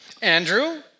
Andrew